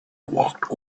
walked